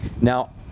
Now